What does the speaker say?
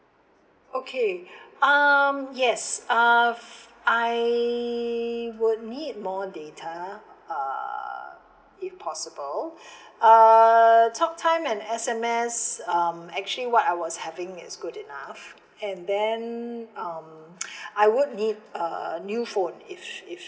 okay um yes uh I would need more data uh if possible uh talk time and S_M_S um actually what I was having is good enough and then um I would need a new phone if if